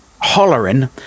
hollering